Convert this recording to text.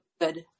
good